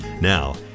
Now